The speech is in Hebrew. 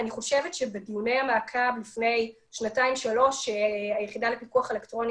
אני חושבת שבדיוני המעקב לפני שנתיים-שלוש היחידה לפיקוח אלקטרוני